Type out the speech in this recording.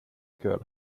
girl